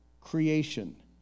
creation